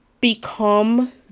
become